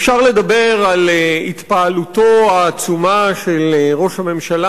אפשר לדבר על התפעלותו העצומה של ראש הממשלה